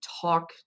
talk